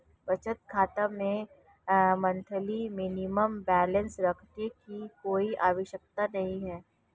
बचत खाता में मंथली मिनिमम बैलेंस रखने की कोई आवश्यकता नहीं है